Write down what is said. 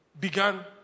began